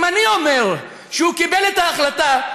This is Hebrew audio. אם אני אומר שהוא קיבל את ההחלטה,